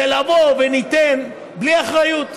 של נבוא וניתן בלי אחריות.